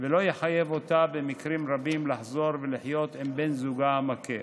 ולא יחייב אותה במקרים רבים לחזור ולחיות עם בן זוגה המכה.